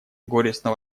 горестно